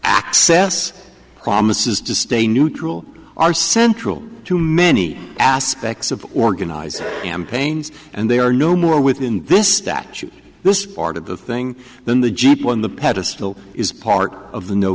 access promises to stay neutral are central to many aspects of organized am pains and they are no more within this statute this part of the thing than the jeep on the pedestal is part of the no